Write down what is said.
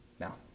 Now